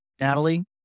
Natalie